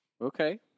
Okay